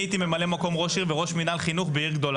אני הייתי ממלא מקום ראש עיר וראש מינהל חינוך בעיר גדולה.